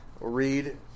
read